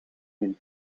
viel